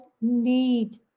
need